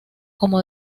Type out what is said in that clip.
como